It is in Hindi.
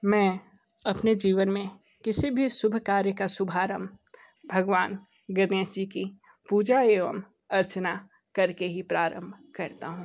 मैं अपने जीवन में किसी भी शुभ कार्य का शुभारंभ भगवान गणेश जी की पूजा एवं अर्चना करके ही प्रारंभ करता हूँ